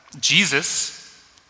Jesus